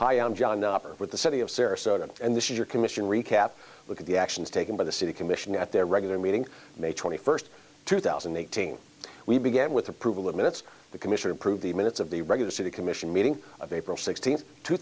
hi i'm john with the city of sarasota and this is your commission recap look at the actions taken by the city commission at their regular meeting may twenty first two thousand and eighteen we began with approval of minutes the commission improve the minutes of the regular city commission meeting of april sixteenth two